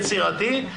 למען הדיוק.